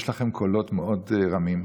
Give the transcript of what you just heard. יש לכם קולות מאוד רמים,